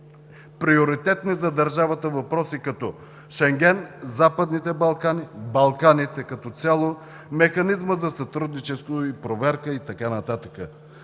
приоритетни за държавата въпроси, като Шенген, Западните Балкани, Балканите като цяло, Механизма за сътрудничество и проверка и така нататък.